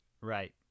Right